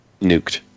nuked